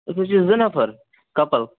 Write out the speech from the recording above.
أسۍ حظ چھِ زٕ نَفر کَپَل